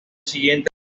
siguiente